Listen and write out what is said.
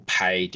pay